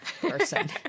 person